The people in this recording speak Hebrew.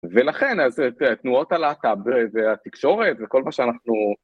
ולכן, אז תנועות הלהט"ב והתקשורת וכל מה שאנחנו...